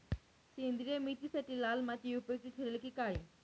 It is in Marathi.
सेंद्रिय मेथीसाठी लाल माती उपयुक्त ठरेल कि काळी?